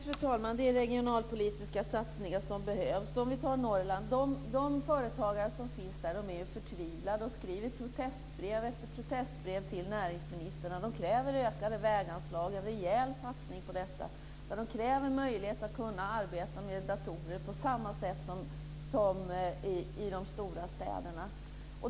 Fru talman! Ja, det är regionalpolitiska satsningar som behövs. Låt oss tala om Norrland. De företagare som finns där är förtvivlade och skriver protestbrev efter protestbrev till näringsministern. De kräver ökade väganslag och en rejäl satsning på detta. De kräver möjlighet att arbeta med datorer på samma sätt som i de stora städerna.